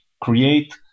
create